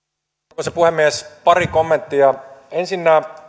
arvoisa puhemies pari kommenttia ensinnä